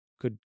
good